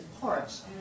parts